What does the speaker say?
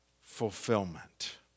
fulfillment